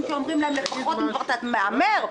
אם אתה כבר מהמר,